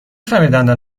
خمیردندان